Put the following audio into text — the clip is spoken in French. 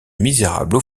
misérable